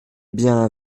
bien